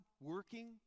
working